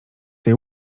tej